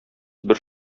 бер